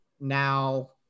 Now